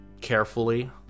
carefully